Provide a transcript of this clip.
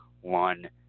one